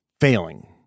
failing